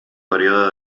període